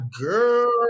girl